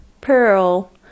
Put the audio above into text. Pearl